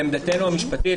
לעמדתנו המשפטית,